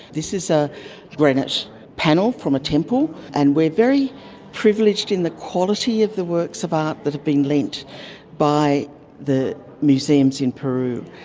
this is a granite panel from a temple, and we are very privileged in the quality of the works of art that have been lent by the museums in peru,